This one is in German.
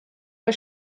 der